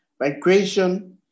migration